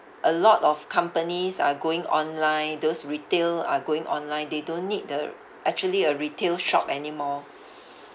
a lot of companies are going online those retail are going online they don't need the actually a retail shop anymore